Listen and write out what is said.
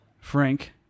Frank